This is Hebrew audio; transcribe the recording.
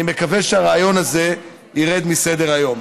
אני מקווה שהרעיון הזה ירד מסדר-היום.